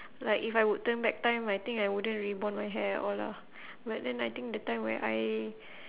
like if I would turn back time I think I wouldn't rebond my hair at all lah but then I think the time where I